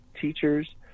teachers